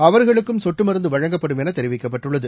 அவர்களுக்கும் சொட்டு மருந்து வழங்கப்படும் என தெரிவிக்கப்பட்டுள்ளது